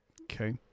Okay